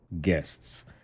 guests